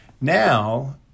Now